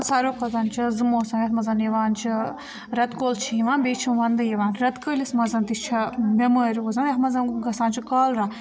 ساروٕے کھۄتہٕ چھِ زٕ موسَم یَتھ منٛز یِوان چھِ رٮ۪تہٕ کول چھِ یِوان بیٚیہِ چھِ وَنٛدٕ یِوان رٮ۪تہٕ کٲلِس منٛزَن تہِ چھِ بٮ۪مٲرۍ روزان یَتھ منٛز گژھان چھِ کالرا